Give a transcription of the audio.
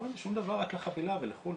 לי 'שום דבר, רק לחו"ל וכולי',